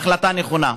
החלטה נכונה.